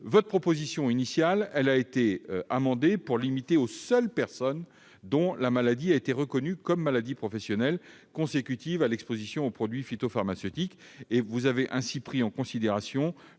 Votre proposition initiale a été modifiée pour la limiter aux seules personnes dont la maladie a été reconnue comme maladie professionnelle consécutive à l'exposition aux produits phytopharmaceutiques. Vous avez ainsi pris en considération